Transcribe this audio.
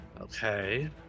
okay